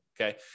okay